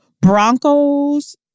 Broncos